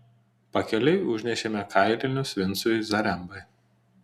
pakeliui užnešėme kailinius vincui zarembai